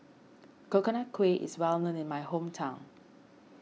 Coconut Kuih is well known in my hometown